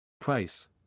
Price